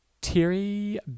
Terry